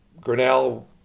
Grinnell